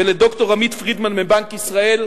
ולד"ר עמית פרידמן מבנק ישראל,